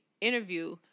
interview